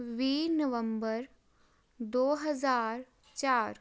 ਵੀਹ ਨਵੰਬਰ ਦੋ ਹਜ਼ਾਰ ਚਾਰ